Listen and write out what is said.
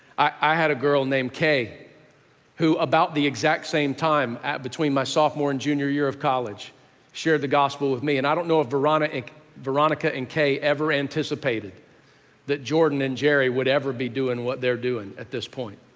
i had a girl named kay who about the exact same time, between my sophomore and junior year of college shared the gospel with me. and i don't know if veronica like veronica and kay ever anticipated that jordan and jerry would ever be doing what they're doing at this point.